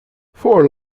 four